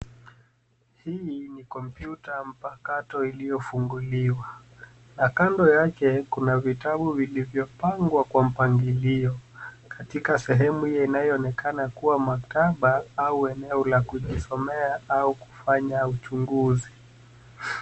Hili ni kompyuta mpakato iliyofunguliwa. Na kando yake, kuna vitabu vilivyopangwa kwa mpangilio. Katika sehemu inayoonekana kuwa maktaba au eneo la kujisomea au kifanya uchunguuzi.